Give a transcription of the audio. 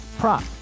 Prop